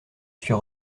suis